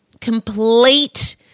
complete